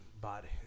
body